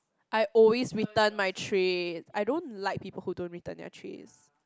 I always return my trays I don't like people who don't return their trays